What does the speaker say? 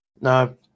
No